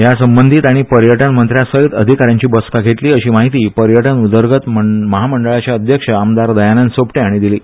हया संबंधी ताणी पर्यटन मंत्र्यांसयत अधिकाऱ्यांची बसका घेतली अशी म्हायती पर्यटन उदरगत महामंडळाचे अध्यक्ष आमदार दयानंद सोपटे हांणी दिली